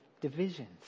divisions